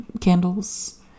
candles